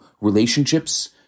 relationships